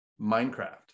Minecraft